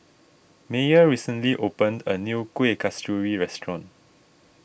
Meyer recently opened a new Kuih Kasturi restaurant